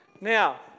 Now